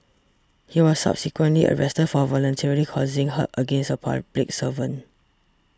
he was subsequently arrested for voluntarily causing hurt against a public servant